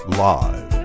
live